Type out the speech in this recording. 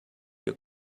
your